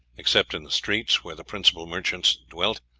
except in the streets where the principal merchants dwelt,